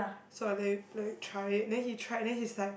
so I let him let him try it then he try then he's like